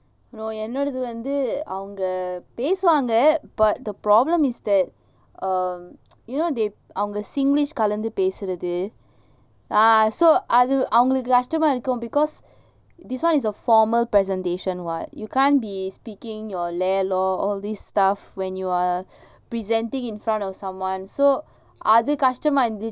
no என்னோடதுவந்துஅவங்கபேசுவாங்க:ennoda vandhu avanga pesuvanga but the problem is that err you know they அவங்க:avanga singlish கலந்துபேசுறது ah so அவங்களுக்குகஷ்டமாஇருக்கும் because this one is a formal presentation [what] you can't be speaking your leh lor all this stuff when you are presenting in front of someone so அதுகஷ்டமாஇருந்துது:adhu kastama irunthuthu